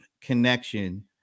connection